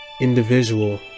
individual